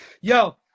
Yo